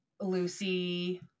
Lucy